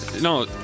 No